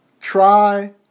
try